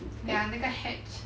ya 那个 hedge